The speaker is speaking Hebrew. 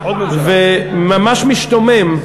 וממש משתומם,